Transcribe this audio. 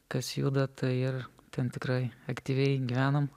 kas juda tai ir ten tikrai aktyviai gyvenam